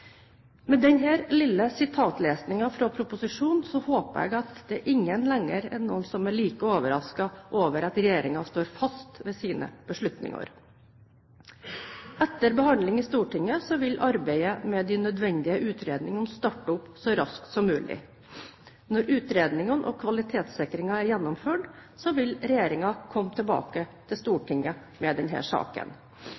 Med denne lille sitatlesingen fra proposisjonen håper jeg at ingen lenger er like overrasket over at regjeringen står fast ved sine beslutninger. Etter behandling i Stortinget vil arbeidet med de nødvendige utredninger starte opp så raskt som mulig. Når utredningene og kvalitetssikringen er gjennomført, vil regjeringen komme tilbake til